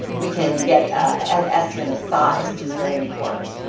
we can get ah an estimate of size, which is very important.